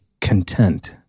content